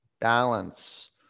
Balance